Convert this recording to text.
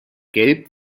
gelb